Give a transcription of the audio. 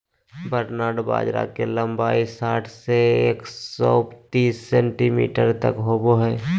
barnyard बाजरा के लंबाई साठ से एक सो तिस सेंटीमीटर तक होबा हइ